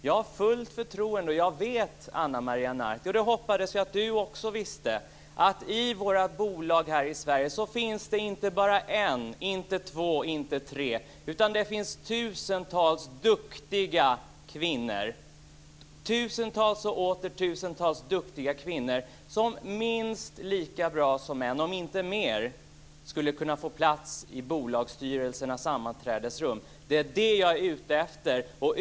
Jag vet - jag hoppades att Ana Maria Narti också visste det - att det i våra bolag här i Sverige inte bara finns en, två eller tre utan tusentals duktiga kvinnor som skulle vara minst lika bra, om inte bättre, än männen i bolagsstyrelsernas sammanträdesrum. Det är det jag är ute efter.